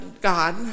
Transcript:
God